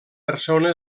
persona